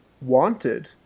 Wanted